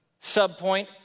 subpoint